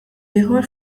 ieħor